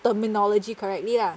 terminology correctly lah